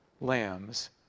lambs